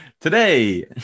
Today